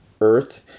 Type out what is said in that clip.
Earth